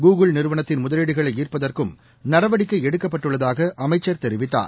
Google நிறுவனத்தின் முதலீடுகளை ஈர்ப்பதற்கும் நடவடிக்கை எடுக்கப்பட்டுள்ளதாக அமைச்சர் தெரிவித்தார்